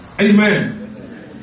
Amen